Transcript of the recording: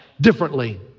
differently